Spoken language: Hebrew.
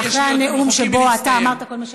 ואחרי הנאום שבו אתה אמרת כל מה שאמרת,